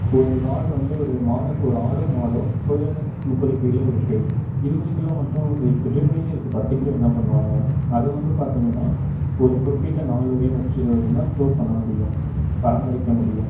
ஒரு ஆடு வந்து ஒரு மாடு ஒரு ஆடோ மாடோ ஒரு முப்பது கிலோ இருக்கு இருபது கிலோ மட்டும் எடுத்துகிட்டு மீதி இருக்க பத்து கிலோ என்ன பண்ணுவாங்க அதை வந்து பார்த்தீங்கன்னா ஒரு குறிப்பிட்ட நாள் வரையும் வச்சு தான் ஸ்டோர் பண்ண முடியும் பராமரிக்க முடியும்